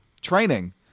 Training